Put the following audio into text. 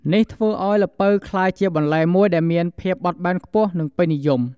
នេះធ្វើឲ្យល្ពៅក្លាយជាបន្លែមួយដែលមានភាពបត់បែនខ្ពស់ និងពេញនិយម។